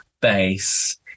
base